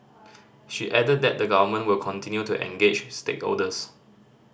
she added that the Government will continue to engage stakeholders